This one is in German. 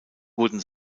wurden